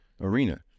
Arena